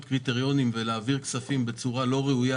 קריטריונים ולהעביר כספים בצורה לא ראויה,